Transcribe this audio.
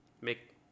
Make